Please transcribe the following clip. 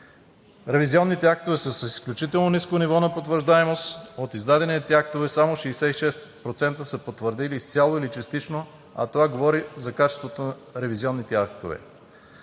Ревизионните актове са с изключително ниско ниво на потвърждаемост. От издадените актове само 66% са потвърдени изцяло или частично, а това говори за качеството на ревизионните актове.